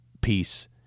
peace